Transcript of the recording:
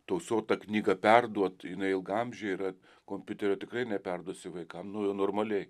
tausot tą knygą perduot jinai ilgaamžė yra kompiuterio tikrai neperduosi vaikam nu normaliai